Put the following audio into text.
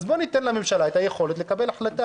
אז בוא ניתן לממשלה את היכולת לקבל החלטה,